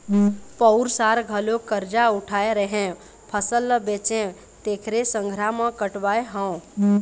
पउर साल घलोक करजा उठाय रेहेंव, फसल ल बेचेंव तेखरे संघरा म कटवाय हँव